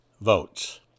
votes